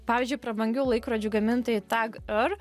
pavyzdžiui prabangių laikrodžių gamintojai tag heur